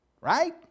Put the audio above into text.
right